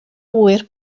ŵyr